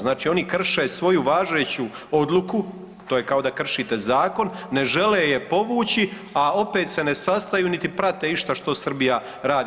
Znači, oni krše svoju važeću odluku, to je kao da kršite zakon, ne žele je povući, a opet se ne sastaju niti prate išta što Srbija radi.